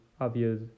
obvious